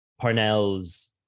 parnell's